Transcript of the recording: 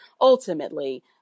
ultimately